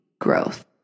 growth